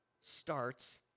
starts